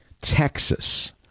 Texas